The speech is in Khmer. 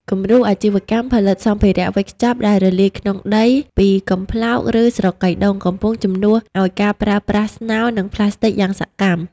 គំរូអាជីវកម្មផលិតសម្ភារៈវេចខ្ចប់ដែលរលាយក្នុងដី ពីកំប្លោក ឬស្រកីដូង កំពុងជំនួសឱ្យការប្រើប្រាស់ស្នោ និងប្លាស្ទិកយ៉ាងសកម្ម។